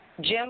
Jim